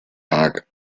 haag